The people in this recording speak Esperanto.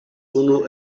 unu